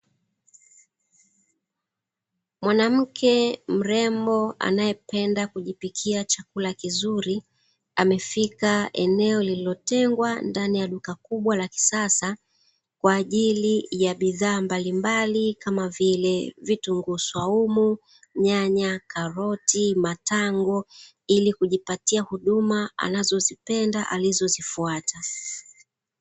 Mwanamke mrembo anayependa kujipikia chakula kizuri amefika eneo lililotengwa ndani ya duka kubwa la kisasa kwa ajili ya bidhaa mbalimbali kama vile: vitunguu swaumu, nyanya, karoti, matango ili kujipatia huduma anazozipenda alizozifata.